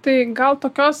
tai gal tokios